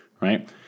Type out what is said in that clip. right